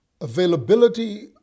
availability